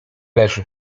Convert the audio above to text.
leży